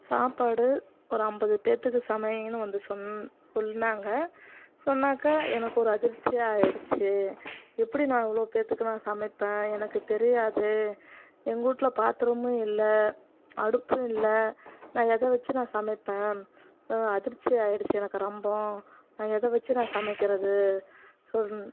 சாப்பாடு ஒரு ஐம்பது பேர்துக்கு சமைங்கனு வந்து சொன் சொன்னாங்க சொன்னாக்கா எனக்கு ஒரு அதிர்ச்சி ஆயிடுச்சு எப்படி நான் இவ்வளோ பேர்துக்கு நான் சமைப்பேன் எனக்குத் தெரியாது எங்கூட்டில் பாத்திரமும் இல்லை அடுப்பும் இல்லை நான் எதை வெச்சு நான் சமைப்பேன் அதிர்ச்சி ஆயிடுச்சு எனக்கு ரொம்பம் நான் எதை வெச்சு நான் சமைக்கிறது சொன்